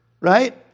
right